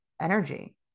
energy